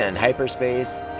Hyperspace